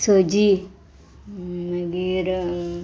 सजी मागीर